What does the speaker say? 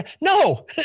No